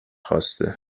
خواسته